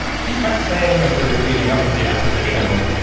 he kept saying as we are leading up to the acquisition,